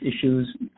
issues